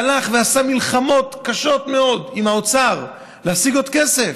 והלך ועשה מלחמות קשות מאוד עם האוצר להשיג עוד כסף,